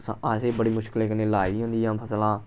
असें बड़ी मुश्कलें कन्नै लाए दियां होंदियां फसलां